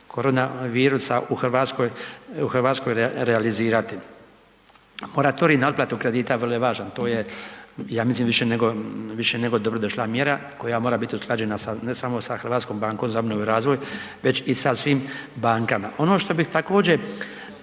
korona virusa u Hrvatskoj realizirati. Moratorij na otplatu kredit vrlo je važan, to je ja mislim više nego dobrodošla mjera koja mora biti usklađena ne samo sa HBOR-om, već i sa svim bankama. Ono što bih također